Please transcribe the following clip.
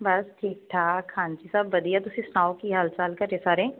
ਬਸ ਠੀਕ ਠਾਕ ਹਾਂਜੀ ਸਭ ਵਧੀਆ ਤੁਸੀਂ ਸਣਾਓ ਕੀ ਹਾਲ ਚਾਲ ਘਰੇ ਸਾਰੇ